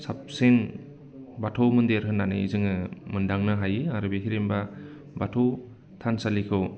साबसिन बाथौ मन्दिर होननानै जोङो मोनदांनो हायो आरो बे हिरिमबा बाथौ थानसालिखौ